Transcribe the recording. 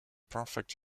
perfect